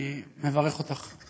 אני מברך אותך.